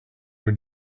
were